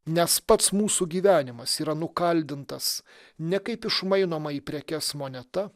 nes pats mūsų gyvenimas yra nukaldintas ne kaip išmainoma į prekes moneta